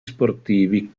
sportivi